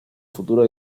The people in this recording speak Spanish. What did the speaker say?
futuro